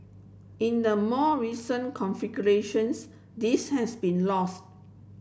in the more recent configurations this has been lost